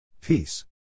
Peace